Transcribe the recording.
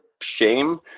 shame